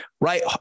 right